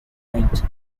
point